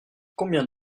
combien